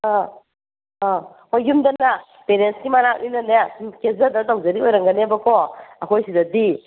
ꯑꯥ ꯑꯥ ꯍꯣꯏ ꯌꯨꯝꯗꯅ ꯄꯦꯔꯦꯟꯁꯀꯤ ꯃꯅꯥꯛꯅꯤꯅꯅꯦ ꯁꯨꯝ ꯀꯦꯖꯗꯅ ꯇꯧꯖꯔꯤ ꯑꯣꯏꯔꯝꯒꯅꯦꯕꯀꯣ ꯑꯩꯈꯣꯏ ꯁꯤꯗꯗꯤ